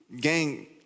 Gang